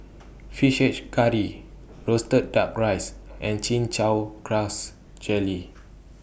Fish Head Curry Roasted Duck Rice and Chin Chow Grass Jelly